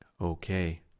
Okay